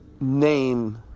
name